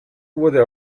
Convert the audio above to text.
wurde